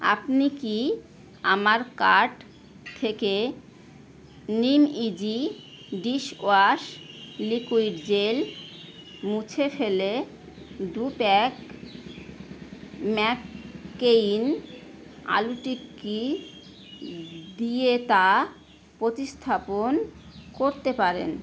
আপনি কি আমার কার্ট থেকে neem easy dishwash liquid gel মুছে ফেলে দু প্যাক ম্যাককেইন আলু টিক্কি দিয়ে তা প্রতিস্থাপন করতে পারেন